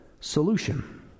solution